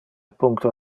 puncto